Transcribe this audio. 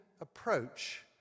approach